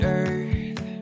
earth